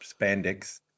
spandex